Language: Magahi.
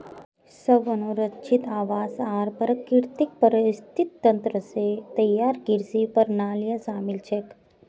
स्व अनुरक्षित आवास आर प्राकृतिक पारिस्थितिक तंत्र स तैयार कृषि प्रणालियां शामिल छेक